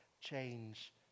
change